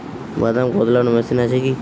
বাদাম কদলানো মেশিন আছেকি?